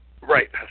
Right